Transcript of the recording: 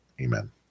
Amen